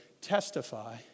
testify